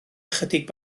ychydig